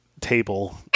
table